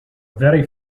very